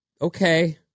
Okay